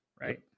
right